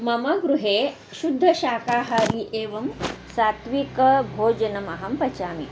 मम गृहे शुद्धशाकाहारी एवं सात्त्विकभोजनम् अहं पचामि